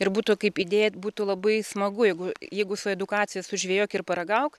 ir būtų kaip įdėja būtų labai smagu jeigu jeigu su edukacija sužvejok ir paragauk